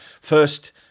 first